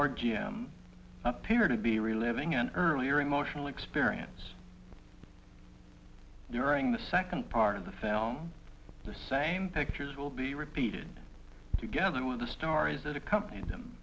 g m appear to be reliving an earlier in motion experience during the second part of the film the same pictures will be repeated together with the stories that accompany them